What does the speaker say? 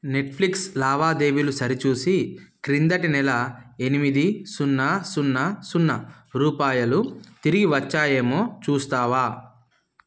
Netflix లావాదేవీలు సరిచూసి క్రిందటి నెల ఎనిమిది సున్నా సున్నా సున్నా రూపాయలు తిరిగి వచ్చాయేమో చూస్తావా